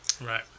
Right